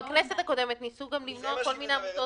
בכנסת הקודמת ניסו למנוע כל מיני עמותות